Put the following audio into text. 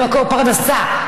למקור פרנסה,